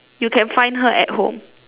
you can find her at home